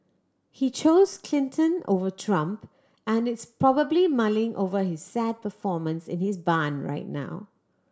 he chose Clinton over Trump and is probably mulling over his sad performance in his barn right now